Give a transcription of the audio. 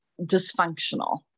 dysfunctional